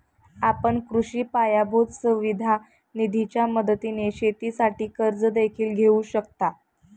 आपण कृषी पायाभूत सुविधा निधीच्या मदतीने शेतीसाठी कर्ज देखील घेऊ शकता